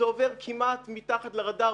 זה עובר כמעט מתחת לרדאר,